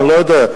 אני לא יודע.